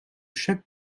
chaque